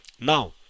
now